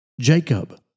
Jacob